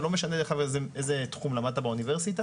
לא משנה עכשיו איזה כיוון למדת באוניברסיטה.